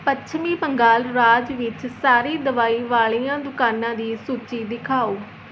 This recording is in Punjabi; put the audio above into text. ਪੱਛਮੀ ਬੰਗਾਲ ਰਾਜ ਵਿੱਚ ਸਾਰੀ ਦਵਾਈ ਵਾਲ਼ੀਆਂ ਦੁਕਾਨਾਂ ਦੀ ਸੂਚੀ ਦਿਖਾਓ